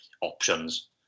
options